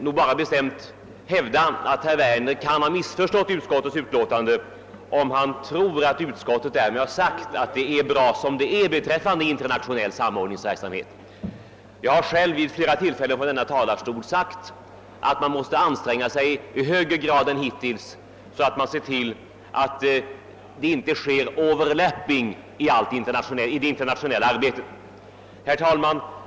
Jag vill bestämt hävda att herr Werner missförstått utskottets utlåtande om han tror att vi anser att det är bra som det är med den internationella samordningsverksamheten. Jag har själv vid flera tillfällen från denna talarstol sagt att man måste anstränga sig mera än hittills för att se till att det inte sker »overlapping» i det internationella arbetet. Herr talman!